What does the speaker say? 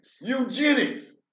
eugenics